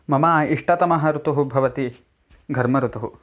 मम इष्टतमः ऋतुः भवति घर्मऋतुः